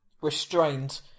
restrained